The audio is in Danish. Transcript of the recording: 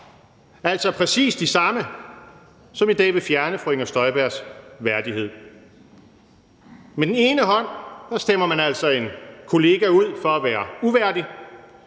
altså præcis de samme, som i dag vil fjerne fru Inger Støjbergs værdighed. Med den ene hånd stemmer man altså en kollega ud for at være uværdig,